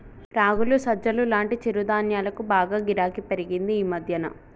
రాగులు, సజ్జలు లాంటి చిరుధాన్యాలకు బాగా గిరాకీ పెరిగింది ఈ మధ్యన